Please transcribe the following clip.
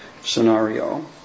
scenario